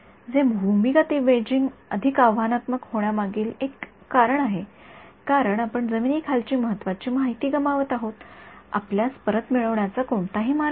तर भूमिगत इमेजिंग अधिक आव्हानात्मक होण्यामागील हे एक कारण आहे कारण आपण जमिनीखालची महत्वाची माहिती गमावत आहात आपल्यास परत मिळवण्याचा कोणताही मार्ग नाही